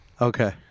Okay